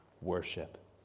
worship